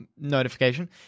notification